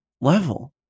level